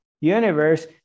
universe